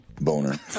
boner